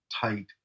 tight